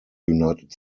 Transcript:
united